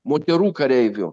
moterų kareivių